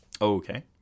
okay